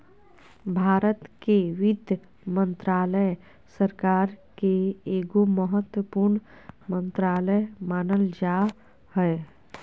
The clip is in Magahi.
भारत के वित्त मन्त्रालय, सरकार के एगो महत्वपूर्ण मन्त्रालय मानल जा हय